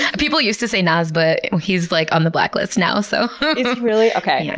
ah people used to say nas, but he's like on the blacklist now so is he really? okay. yeah